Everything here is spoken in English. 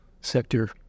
sector